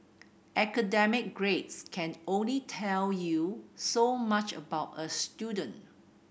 academic grades can only tell you so much about a student